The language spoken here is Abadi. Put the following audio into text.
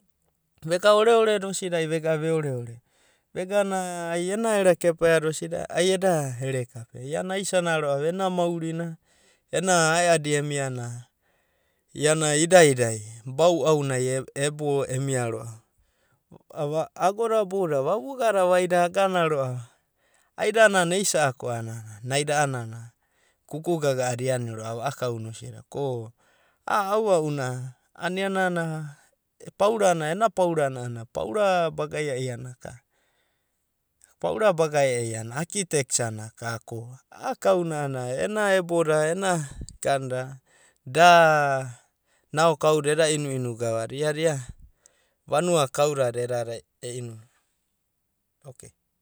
Vega oreoreda osidi ai vega ve oreore, vagana ai ena ere kapeada osidi a'anai eda ere kapea. Iana asiana ro'a ena maurina, ena ae'adi emia ana iana idaidai bou'aunai ebo emia ro'ava. Ava agoda boudadai vabugada vaida agana ro'a ana adinana eisa'aku ana naida a'ana kuku gaga'ada iani ro'ava a'a kauna osidi. A'a aua'una paurana, a'a ena paura na ana paura baga iaiada akitekcha na kaunana ko a'a kauna a'ana ena eboda ena da nao kauda eda inu'inu gavada. Iada ia vanuada kaudadai edadae.